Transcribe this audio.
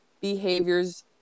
behaviors